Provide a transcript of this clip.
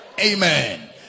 amen